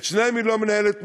ואת שניהם היא לא מנהלת נכון.